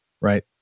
Right